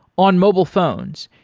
on mobile phones,